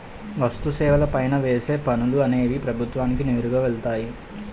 వస్తు సేవల పైన వేసే పనులు అనేవి ప్రభుత్వానికి నేరుగా వెళ్తాయి